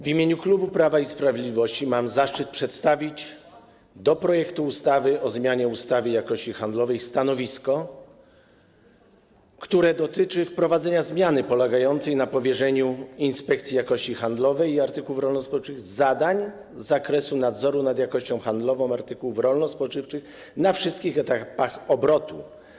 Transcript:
W imieniu klubu Prawa i Sprawiedliwości mam zaszczyt przedstawić co do projektu ustawy o zmianie ustawy o jakości handlowej artykułów rolno-spożywczych stanowisko, które dotyczy wprowadzenia zmiany polegającej na powierzeniu Inspekcji Jakości Handlowej Artykułów Rolno-Spożywczych zadań z zakresu nadzoru nad jakością handlową artykułów rolno-spożywczych na wszystkich etapach obrotu.